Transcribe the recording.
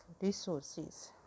resources